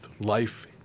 life